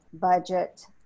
budget